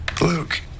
Luke